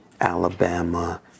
alabama